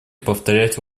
повторять